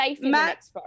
Matt